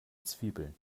zwiebeln